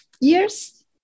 years